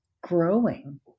growing